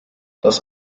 das